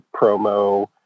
promo